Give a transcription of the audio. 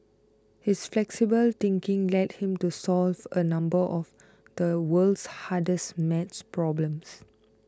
his flexible thinking led him to solves a number of the world's hardest maths problems